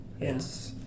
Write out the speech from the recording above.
yes